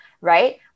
right